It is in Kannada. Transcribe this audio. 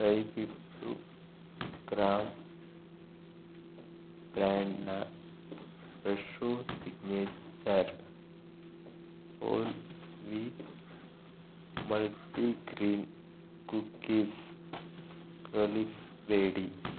ದಯವಿಟ್ಟು ಗ್ರಾಮ ಬ್ರ್ಯಾಂಡ್ನ Fresho signature whole wheat multi grain cookies ಕಳಿಸಬೇಡಿ